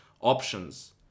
options